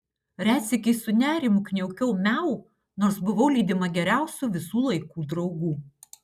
retsykiais su nerimu kniaukiau miau nors buvau lydima geriausių visų laikų draugų